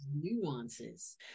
nuances